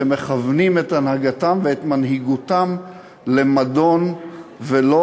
שמכוונים את הנהגתם ואת מנהיגותם למדון ולא